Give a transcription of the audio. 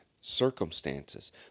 circumstances